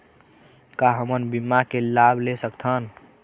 का हमन बीमा के लाभ ले सकथन?